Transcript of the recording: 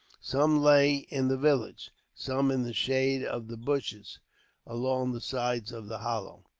some lay in the village, some in the shade of the bushes along the sides of the hollow.